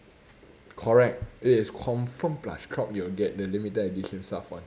correct it is confirm plus chop you will get the limited edition stuff [one]